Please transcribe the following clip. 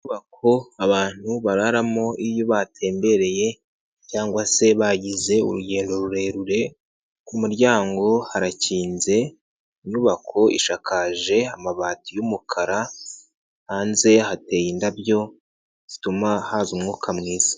Inyubako abantu bararamo iyo batembereye cyangwa se bagize urugendo rurerure, ku muryango harakinze inyubako ishakaje amabati y'umukara, hanze hateye indabyo zituma haza umwuka mwiza.